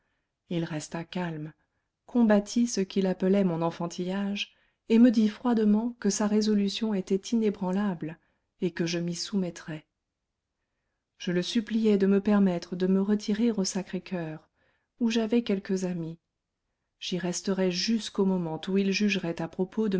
il resta calme combattit ce qu'il appelait mon enfantillage et me dit froidement que sa résolution était inébranlable et que je m'y soumettrais je le suppliai de me permettre de me retirer au sacré-coeur où j'avais quelques amies j'y resterais jusqu'au moment où il jugerait à propos de